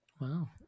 wow